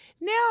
Now